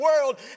world